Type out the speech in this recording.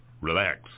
Relax